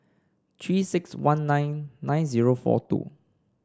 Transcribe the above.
Three six one nine nine zero four two